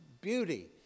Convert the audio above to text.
beauty